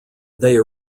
they